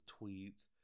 tweets